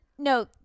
No